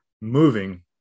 moving